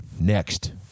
next